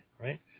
right